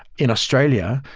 in australia,